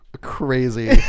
crazy